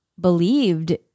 believed